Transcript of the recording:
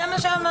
זה מה שאמרנו.